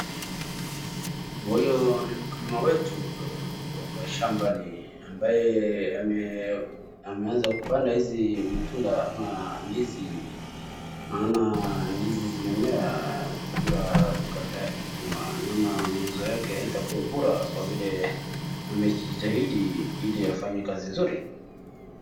Huyu ni mkulima wetu wa shambani ambaye ameanza kupanda hizi matunda ama ndizi. Naona ndizi zimemea zikiwa ziko tayari kuvunwa. Naona mauzo haitakuwa bora kwa vile amejitahidi ili afanye kazi nzuri.